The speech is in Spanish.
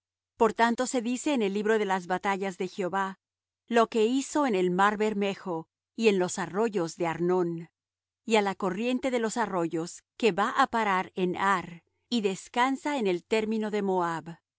por tanto se dice en el libro de las batallas de jehová lo que hizo en el mar bermejo y en los arroyos de arnón y á la corriente de los arroyos que va á parar en ar y descansa en el término de moab y